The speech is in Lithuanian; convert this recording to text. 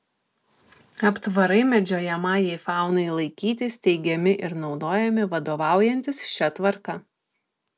aptvarai medžiojamajai faunai laikyti steigiami ir naudojami vadovaujantis šia tvarka